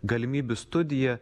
galimybių studija